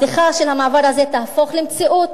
הפתיחה של המעבר הזה תהפוך למציאות.